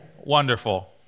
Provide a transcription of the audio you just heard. Wonderful